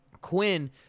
Quinn